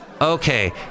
Okay